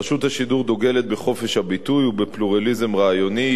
רשות השידור דוגלת בחופש הביטוי ובפלורליזם רעיוני.